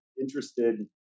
interested